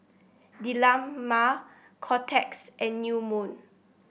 Dilmah Kotex and New Moon